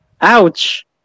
Ouch